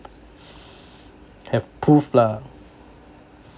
have proof lah